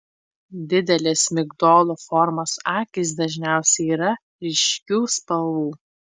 didelės migdolo formos akys dažniausiai yra ryškių spalvų